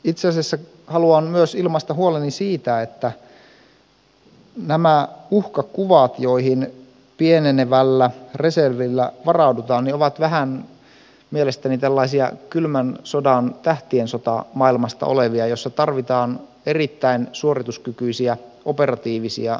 itse asiassa haluan myös ilmaista huoleni siitä että nämä uhkakuvat joihin pienenevällä reservillä varaudutaan ovat vähän mielestäni tällaisia kylmän sodan tähtien sota maailmasta olevia joissa tarvitaan erittäin suorituskykyisiä operatiivisia joukkoja